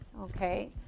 okay